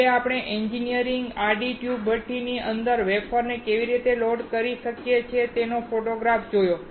છેલ્લે આપણે એન્જીનીઅર આડી ટ્યુબ ભઠ્ઠીની અંદર વેફર કેવી રીતે લોડ કરી રહ્યા છે તેનો ફોટોગ્રાફ જોયો